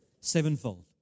sevenfold